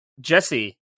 Jesse